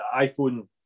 iPhone